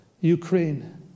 Ukraine